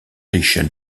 riche